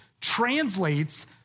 translates